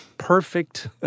perfect